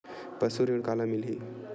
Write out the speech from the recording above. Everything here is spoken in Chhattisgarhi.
पशु ऋण काला मिलही?